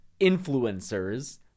influencers